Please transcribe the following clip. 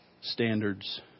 standards